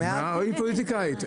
היא פוליטיקאית,